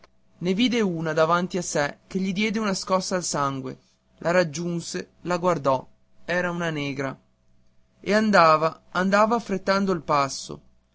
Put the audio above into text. ne vide una davanti a sé che gli diede una scossa al sangue la raggiunse la guardò era una negra e andava andava affrettando il passo